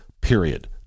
period